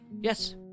yes